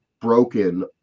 broken